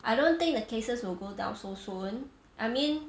I don't think the cases will go down so soon I mean